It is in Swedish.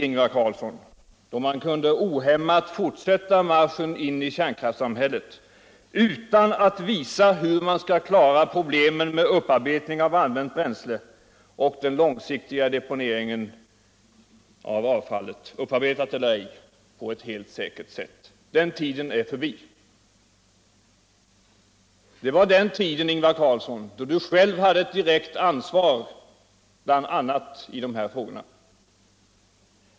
Ingvar Carlsson, då man ohämmat kunde fortsätta marschen in i kärnkraftssamhället utan att visa hur man skall lösa problemen med upparbetning av använt bränsle och den långsiktiga deponeringen av avfallet, upparbetat eller ej, på etut helt säkert sätt. Den tiden är förbi. Det kunde gå an på den tiden. Ingvar Carlsson, då du själv hade ett direkt ansvar, bl.a. för dessa frågor.